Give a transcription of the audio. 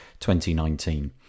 2019